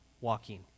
walking